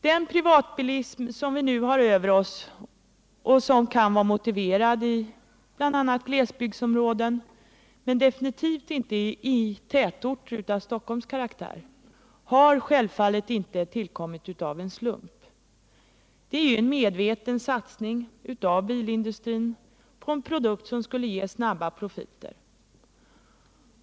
Den privatbilism som vi nu har, och som kan vara motiverad i glesbygdsområden men definitivt inte i tätorter av Stockholms karaktär, har givetvis inte tillkommit av en slump. Det är en medveten satsning av bilindustrin på en produkt som skulle ge snabba profiter.